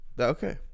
Okay